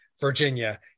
Virginia